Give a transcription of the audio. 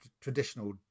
traditional